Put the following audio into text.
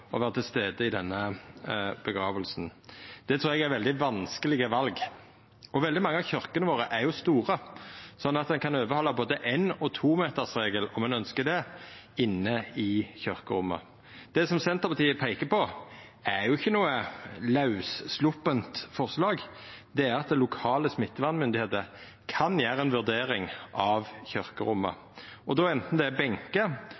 til stades i denne gravferda? Det trur eg er eit veldig vanskeleg val. Veldig mange av kyrkjene våre er jo store, sånn at ein kan overhalda både éin- og tometersregelen om ein ønskjer det, inne i kyrkjerommet. Det Senterpartiet peiker på, er jo ikkje noko lettvint forslag. Det er at lokale smittevernmyndigheiter kan gjera ei vurdering av